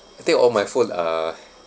I think all my phone are